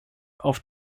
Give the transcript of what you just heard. auf